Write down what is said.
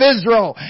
Israel